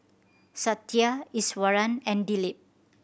Satya Iswaran and Dilip